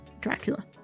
dracula